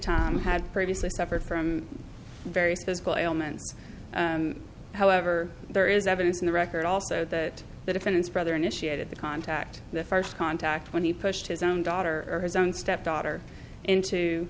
time had previously suffered from various physical ailments however there is evidence in the record also that the defendant's brother initiated the contact the first contact when he pushed his own daughter or his own stepdaughter into